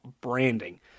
branding